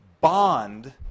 bond